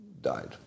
died